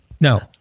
No